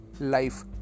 life